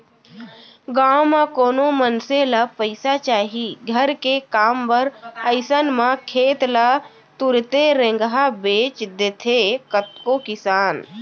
गाँव म कोनो मनसे ल पइसा चाही घर के काम बर अइसन म खेत ल तुरते रेगहा बेंच देथे कतको किसान